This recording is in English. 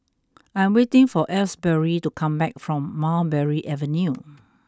I am waiting for Asbury to come back from Mulberry Avenue